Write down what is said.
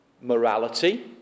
morality